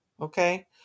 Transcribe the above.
Okay